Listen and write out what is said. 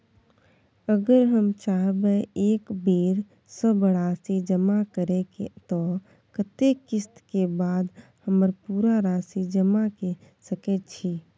अगर हम चाहबे एक बेर सब राशि जमा करे त कत्ते किस्त के बाद हम पूरा राशि जमा के सके छि?